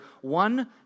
one